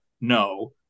no